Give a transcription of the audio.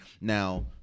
Now